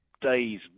days